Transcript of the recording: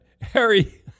Harry